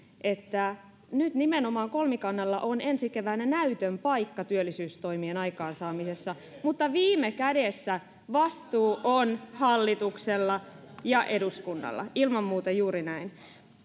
että nyt nimenomaan kolmikannalla on ensi keväänä näytön paikka työllisyystoimien aikaansaamisessa mutta viime kädessä vastuu on hallituksella ja eduskunnalla ilman muuta juuri näin